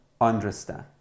understand